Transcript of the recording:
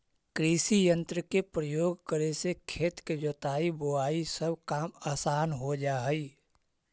कृषियंत्र के प्रयोग करे से खेत के जोताई, बोआई सब काम असान हो जा हई